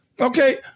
Okay